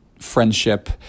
friendship